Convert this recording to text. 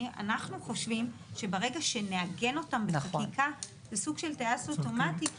אנחנו חושבים שברגע שנעגן אותם בחקיקה זה סוג של טייס אוטומטי,